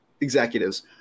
executives